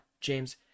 James